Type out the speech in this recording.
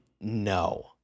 No